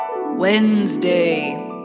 Wednesday